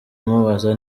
amubaza